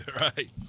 Right